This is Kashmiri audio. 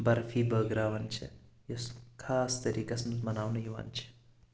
برفی بٲگراوان چھِ یُس خاص طٔریٖقس منٛز مناونہٕ یِوان چھِ